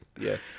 yes